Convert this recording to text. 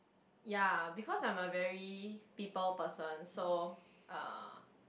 ya because I'm a very people person so uh